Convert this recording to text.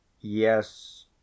yes